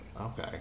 Okay